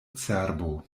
cerbo